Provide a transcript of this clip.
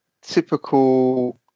typical